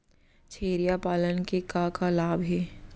छेरिया पालन के का का लाभ हे?